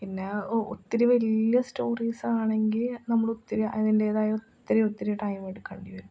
പിന്നെ ഒത്തിരി വലിയ സ്റ്റോറീസാണെങ്കിൽ നമ്മളൊത്തിരി അതിൻ്റേതായ ഒത്തിരി ഒത്തിരി ടൈം എടുക്കേണ്ടി വരും